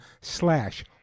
slash